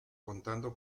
contando